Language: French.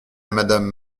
madame